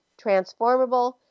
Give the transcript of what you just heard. transformable